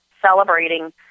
celebrating